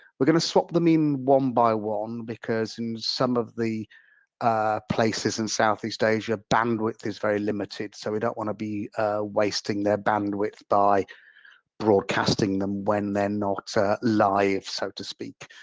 we're going to swap them in one by one because in some of the places in south east asia bandwidth is very limited, so we don't want to be wasting their bandwidth by broadcasting them when their not live, so to speak.